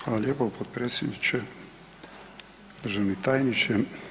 Hvala lijepo potpredsjedniče, državni tajniče.